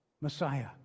Messiah